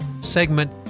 segment